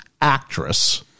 Actress